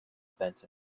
spent